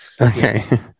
Okay